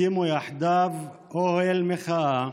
הקימו יחדיו אוהל מחאה